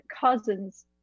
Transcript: cousins